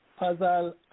Fazal